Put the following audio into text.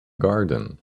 garden